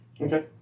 Okay